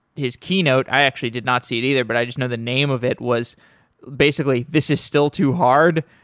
his keynote. i actually did not see it either, but i just know the name of it, was basically this is still too hard.